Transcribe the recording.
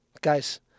guys